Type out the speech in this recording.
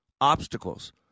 obstacles